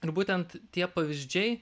ir būtent tie pavyzdžiai